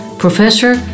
Professor